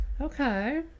Okay